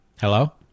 Hello